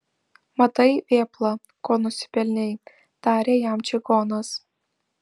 matai vėpla ko nusipelnei tarė jam čigonas